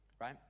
Right